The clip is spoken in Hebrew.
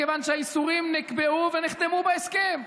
מכיוון שהאיסורים נקבעו ונחתמו בהסכם.